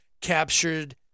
captured